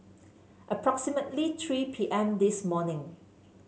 approximately three P M this morning